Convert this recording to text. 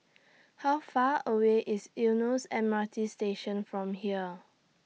How Far away IS Eunos M R T Station from here